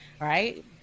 Right